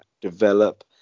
develop